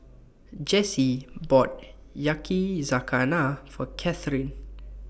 Jessy bought Yakizakana For Katherin